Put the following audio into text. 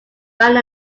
ran